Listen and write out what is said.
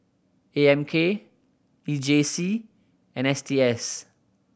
A M K E J C and S T S